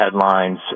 headlines